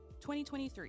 2023